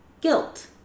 guilt